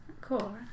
Cool